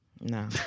no